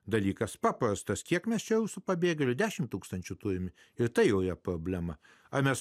dalykas paprastas kiek mes čia su pabėgėlių dešim tūkstančių turime ir tai joje problema ar mes